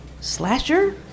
Slasher